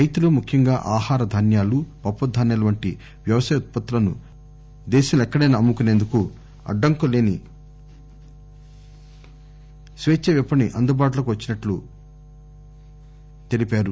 రైతులు ముఖ్యంగా ఆహార ధాన్యాలు పప్పుధాన్యాలు వంటి వ్యవసాయ ఉత్పత్తులను దీంతో రైతులు దేశంలో ఎక్కడైనా అమ్ము కునేందుకు అడ్డంకులు లేని స్వేచ్చా విఫణి అందుబాటులోకి వచ్చినట్లు అయింది